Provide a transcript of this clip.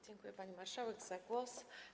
Dziękuję, pani marszałek, za głos.